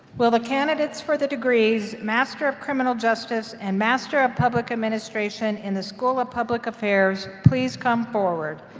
will the candidates for the degrees master of criminal justice and master of public administration in the school of public affairs please come forward.